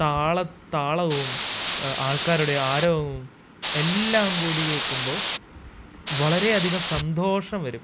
താളവും ആള്ക്കാരുടെ ആരവവും എല്ലാംകൂടി കേൾക്കുമ്പോള് വളരേയധികം സന്തോഷം വരും